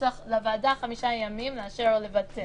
יש לוועדה חמישה ימים לאשר או לבטל.